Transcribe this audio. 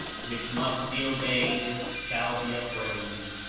which must be obeyed, shall be upraised.